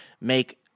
make